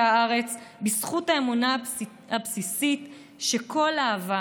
הארץ בזכות האמונה הבסיסית שכל אהבה